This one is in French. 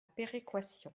péréquation